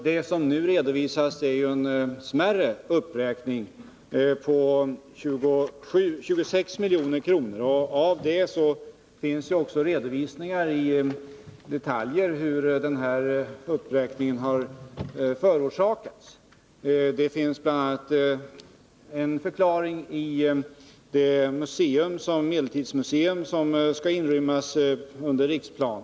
Det som nu redovisas är en smärre uppräkning på 26 milj.kr., och det finns också redovisningar i detalj av hur den här uppräkningen har förorsakats. En förklaring är det medeltidsmuseum som skall inrymmas under Riksplan.